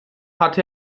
hat